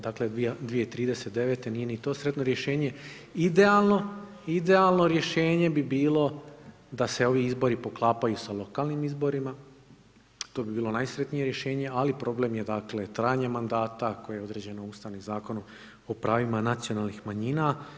Dakle, 2039. nije ni to sretno rješenje, idealno rješenje bi bilo da se ovi izbori poklapaju sa lokalnim izborima, to bi bilo najsretnije rješenje, ali problem je dakle trajanje mandata koje je određeno Ustavnim zakonom o pravima nacionalnih manjina.